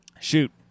Shoot